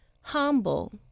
Humble